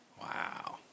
Wow